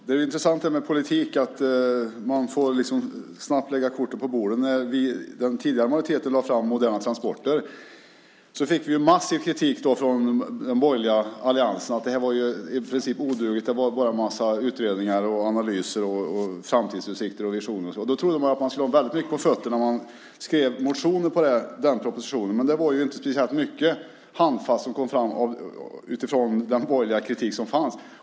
Herr talman! Det intressanta med politik är att man får snabbt lägga korten på bordet. När den tidigare regeringen lade fram propositionen Moderna transporter fick vi massiv kritik från den borgerliga alliansen. Det var i princip odugligt. Det var bara en massa utredningar, analyser, framtidsutsikter och visioner. Då trodde jag att de borgerliga skulle ha väldigt mycket på fötterna när de skrev motioner på den propositionen. Men det var inte speciellt mycket handfast som kom fram utifrån den borgerliga kritik som fanns.